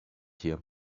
here